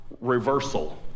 reversal